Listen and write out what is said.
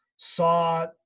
saw